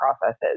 processes